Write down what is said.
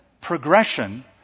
progression